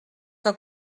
que